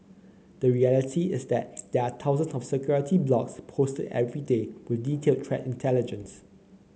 the reality is that there are thousands of security blogs posted every day with detailed threat intelligence